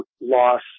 loss